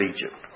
Egypt